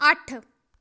ਅੱਠ